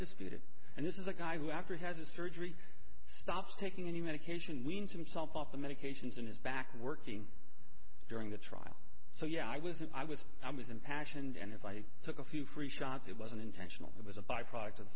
disputed and this is a guy who actually has a surgery stops taking any medication wean himself off the medications and is back working during the trial so yeah i was i was i was impassioned and if i took a few free shots it wasn't intentional it was a byproduct of the